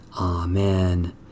Amen